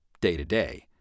day-to-day